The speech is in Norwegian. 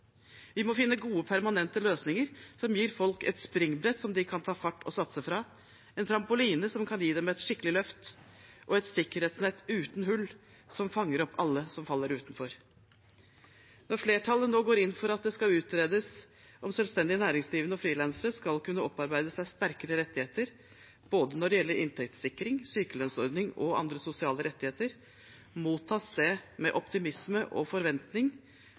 Vi må finne gode, permanente løsninger som gir folk et springbrett som de kan ta fart og satse fra, en trampoline som kan gi dem et skikkelig løft, og et sikkerhetsnett uten hull, som fanger opp alle som faller utenfor. Når flertallet nå går inn for at det skal utredes om selvstendig næringsdrivende og frilansere skal kunne opparbeide seg sterkere rettigheter, både når det gjelder inntektssikring, sykelønnsordning og andre sosiale rettigheter, mottas det med optimisme og forventning